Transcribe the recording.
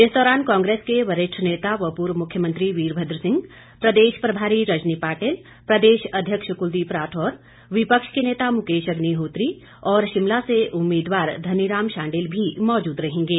इस दौरान कांग्रेस के वरिष्ठ नेता व पूर्व मुख्यमंत्री वीरभद्र सिंह प्रदेश प्रभारी रजनी पाटिल प्रदेश अध्यक्ष कुलदीप राठौर विपक्ष के नेता मुकेश अग्निहोत्री और शिमला से उम्मीदवार धनीराम शांडिल भी मौजूद रहेंगे